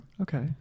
Okay